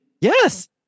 Yes